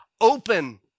open